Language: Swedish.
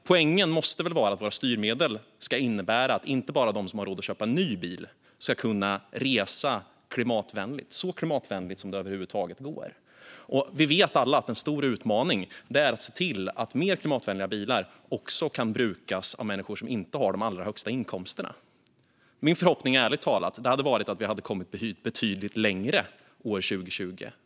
Poängen måste väl vara att våra styrmedel ska innebära att inte bara de som har råd att köpa en ny bil ska kunna resa så klimatvänligt som det över huvud taget går. Vi vet alla att en stor utmaning är att se till att mer klimatvänliga bilar även kan brukas av människor som inte har de allra högsta inkomsterna. Min förhoppning hade ärligt talat varit att vi skulle ha kommit betydligt längre på den fronten år 2020.